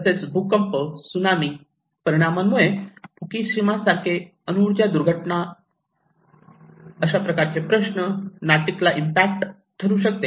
तसेच भूकंप आणि त्सुनामी परिणामांमुळे आणि फुकुशिमासारखे अणुऊर्जा दुर्घटना अशा प्रकारचे प्रश्न नाटिकला इम्पॅक्ट ठरू शकते